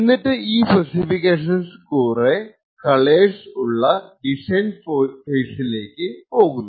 എന്നിട്ട് ഈ സ്പെസിഫിക്കേഷൻസ് കുറെ കളേർസ് ഉള്ള ഡിസൈൻ ഫേസിലേക്കു പോകുന്നു